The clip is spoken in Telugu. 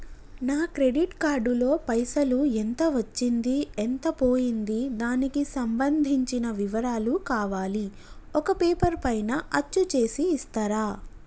నా క్రెడిట్ కార్డు లో పైసలు ఎంత వచ్చింది ఎంత పోయింది దానికి సంబంధించిన వివరాలు కావాలి ఒక పేపర్ పైన అచ్చు చేసి ఇస్తరా?